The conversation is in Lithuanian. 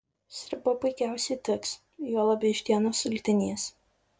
sriuba puikiausiai tiks juolab vištienos sultinys